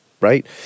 right